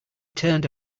turned